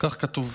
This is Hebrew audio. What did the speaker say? כך כתוב.